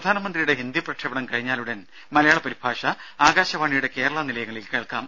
പ്രധാനമന്ത്രിയുടെ ഹിന്ദി പ്രക്ഷേപണം കഴിഞ്ഞാലുടൻ മലയാള പരിഭാഷ ആകാശവാണിയുടെ കേരള നിലയങ്ങളിൽ കേൾക്കാം